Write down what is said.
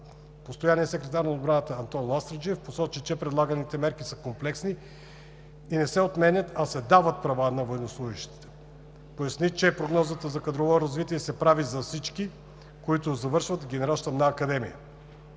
Постоянният секретар на отбраната Антон Ластарджиев посочи, че предлаганите мерки са комплексни и не се отменят, а се дават права на военнослужещите. Поясни, че прогноза за кадровото развитие се прави за всички, които завършват генерал-щабна академия.